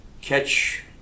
catch